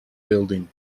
building